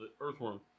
Earthworm